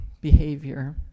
behavior